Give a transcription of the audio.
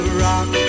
rock